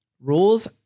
rules